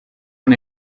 han